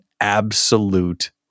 absolute